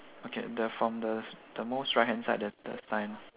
okay the from the the most right hand side there's the sign